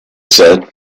said